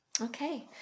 Okay